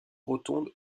rotonde